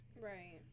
right